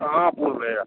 कहाँ पुरलै यऽ